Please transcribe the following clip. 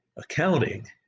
accounting